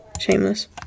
Shameless